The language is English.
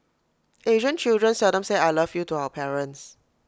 Asian children seldom say I love you to our parents